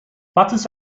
foxes